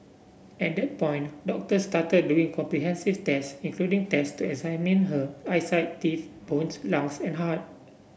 at that point doctors started doing comprehensive tests including tests to examine her eyesight teeth bones lungs and heart